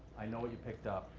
i know what you picked up,